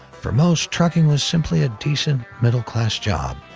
for most, trucking was simply a decent middle-class job.